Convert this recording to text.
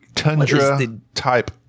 Tundra-type